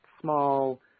small